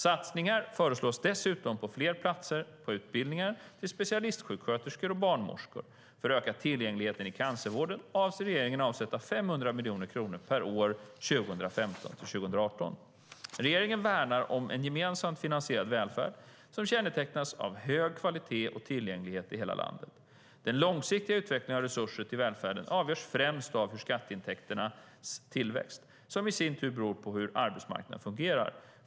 Satsningar föreslås dessutom på fler platser på utbildningar till specialistsjuksköterska och barnmorska. För att öka tillgängligheten i cancervården avser regeringen att avsätta 500 miljoner kronor per år 2015-2018. Regeringen värnar om en gemensamt finansierad välfärd som kännetecknas av hög kvalitet och tillgänglighet i hela landet. Den långsiktiga utvecklingen av resurser till välfärden avgörs främst av skatteintäkternas tillväxt som i sin tur beror på hur arbetsmarknaden fungerar.